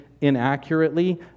inaccurately